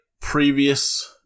previous